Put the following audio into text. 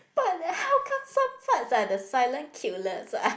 but how come some farts are the silent killers ah